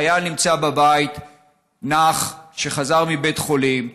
החייל נמצא בבית, נח, חזר מבית החולים.